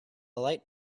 light